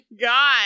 God